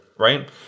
Right